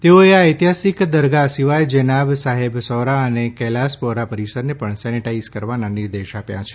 તેઓએ આ ઐતિહાસિક દરગાહ સિવાય જેનાબ સાહેબ સૌરા અને કૈલાશપોરા પરિસરને પણ સેનિટાઈઝ કરવાના નિર્દેશ આપ્યા છે